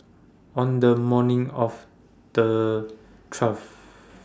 on The morning of The twelfth